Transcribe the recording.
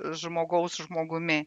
žmogaus žmogumi